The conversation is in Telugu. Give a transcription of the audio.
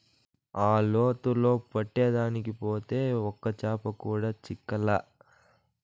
ఆ లోతులో పట్టేదానికి పోతే ఒక్క చేప కూడా చిక్కలా